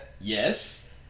Yes